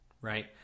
Right